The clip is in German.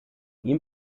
ihm